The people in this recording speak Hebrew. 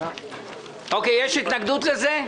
יש התנגדות לזה?